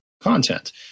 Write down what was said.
content